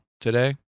today